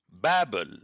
Babel